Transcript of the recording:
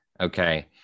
Okay